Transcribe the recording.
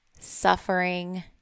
suffering